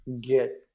get